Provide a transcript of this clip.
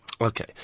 Okay